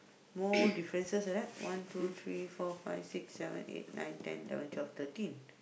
more differences like that one two three four five six seven eight nine ten eleven twelve thirteen